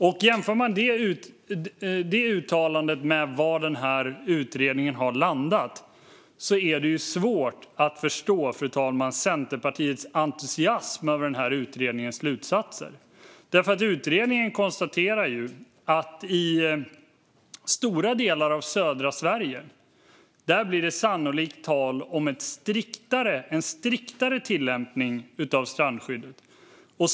Om man jämför det uttalandet med var utredningen har landat är det svårt, fru talman, att förstå Centerpartiets entusiasm över utredningens slutsatser. Utredningen konstaterar att det i stora delar av södra Sverige sannolikt blir tal om en striktare tillämpning av strandskyddet.